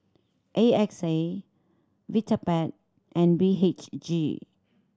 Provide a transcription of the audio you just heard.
A X A Vitapet and B H G